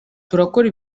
turakora